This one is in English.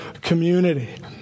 community